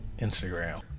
Instagram